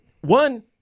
one